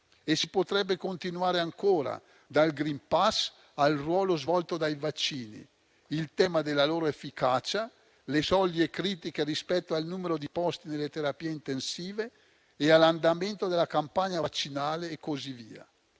Si potrebbe continuare ancora dal *green* *pass* al ruolo svolto dai vaccini, il tema della loro efficacia, le soglie critiche rispetto al numero di posti delle terapie intensive, l'andamento della campagna vaccinale e così via.